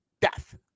death